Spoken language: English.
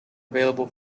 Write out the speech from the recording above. available